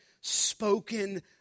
spoken